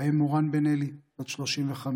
האם מורן בן-אלי, בת 35,